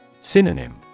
Synonym